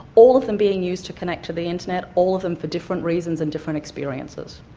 all of them being used to connect to the internet, all of them for different reasons and different experiences.